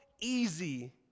easy